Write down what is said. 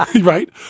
right